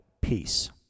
peace